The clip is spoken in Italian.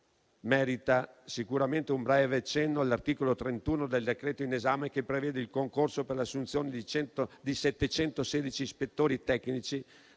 Merita sicuramente un breve cenno l'articolo 31 del decreto-legge in esame, che prevede il concorso per l'assunzione di 716 ispettori tecnici